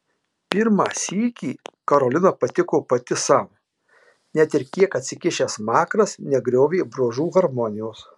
pirmą sykį karolina patiko pati sau net ir kiek atsikišęs smakras negriovė bruožų harmonijos